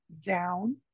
down